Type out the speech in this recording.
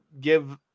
give